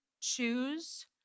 Choose